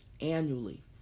annually